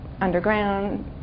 underground